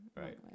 Right